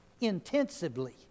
intensively